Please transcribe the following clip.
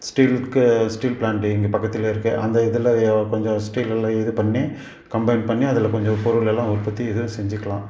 ஸ்டீல்க்கு steel plant இங்கே பக்கத்தில் இருக்குது அந்த இதில் கொஞ்சம் ஸ்டீலெல்லாம் இது பண்ணி கம்பைன் பண்ணி அதில் கொஞ்சம் பொருளெல்லாம் உற்பத்தி இது செஞ்சிக்கலாம்